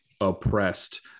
oppressed